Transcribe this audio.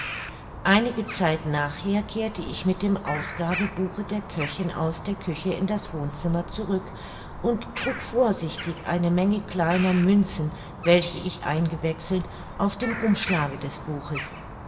einige zeit nachher kehrte ich mit dem ausgabebuche der köchin aus der küche in das wohnzimmer zurück und trug vorsichtig eine menge kleiner münzen welche ich eingewechselt auf dem umschlage des buches